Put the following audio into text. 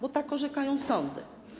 Bo tak orzekają sądy.